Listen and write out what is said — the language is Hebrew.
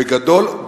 בגדול,